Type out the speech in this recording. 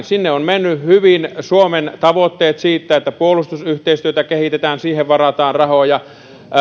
sinne on mennyt hyvin suomen tavoitteet siitä että puolustusyhteistyötä kehitetään siihen varataan rahoja